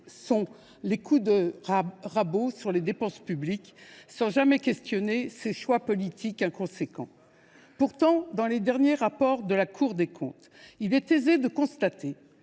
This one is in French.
est le coup de rabot sur les dépenses publiques, sans jamais interroger ses choix politiques inconséquents. Pourtant, à lire les derniers rapports de la Cour des comptes, il est aisé de constater